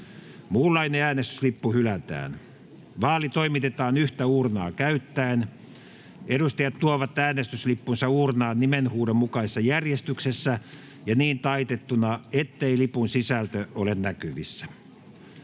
Muunlainen äänestyslippu hylätään. Vaali toimitetaan yhtä uurnaa käyttäen. Edustajat tuovat äänestyslippunsa uurnaan nimenhuudon mukaisessa järjestyksessä ja niin taitettuna, ettei lipun sisältö ole näkyvissä.